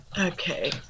Okay